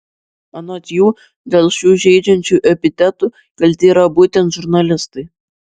anot jų dėl šių žeidžiančių epitetų kalti yra būtent žurnalistai